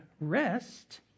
rest